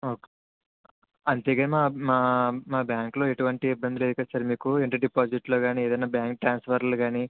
okay అంతే కానీ మా మా బ్యాంకులో ఎటువంటి ఇబ్బంది అయితే లేదు కదా సార్ మీకు అంటే డిపాజిట్లో కానీ ఏదైనా బ్యాంకు ట్రాన్స్ఫర్లో కానీ